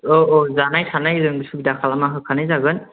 औ औ जानाय थानाय जों सुबिदा खालामना होखानाय जागोन